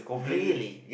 really